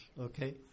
Okay